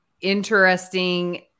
interesting